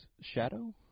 shadow